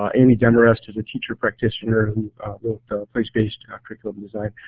um amy demarest as a future practitioner who wrote the place-based curriculum design.